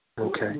Okay